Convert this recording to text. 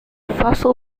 fossil